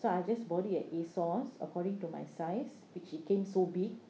so I'll just bought it at a source according to my size which became so big